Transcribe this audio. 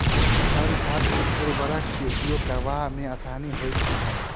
तरल खाद उर्वरक के उपयोग करबा मे आसानी होइत छै